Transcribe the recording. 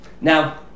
Now